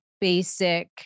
basic